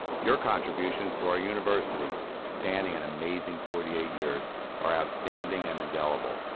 your contributions to our university spanning an amazing forty eight years are outstanding and indelible.